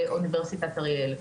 באוניברסיטת אריאל.